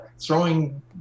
throwing